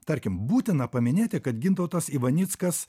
tarkim būtina paminėti kad gintautas ivanickas